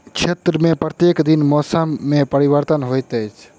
क्षेत्र में प्रत्येक दिन मौसम में परिवर्तन होइत अछि